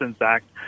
Act